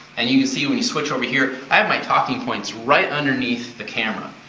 and you can see, we switch over here, i have my talking points right underneath the camera.